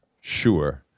Sure